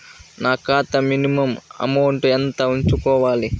నా ఖాతా minimum amount ఎంత ఉంచుకోవాలి?